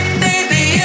baby